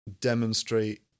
demonstrate